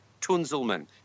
Tunzelman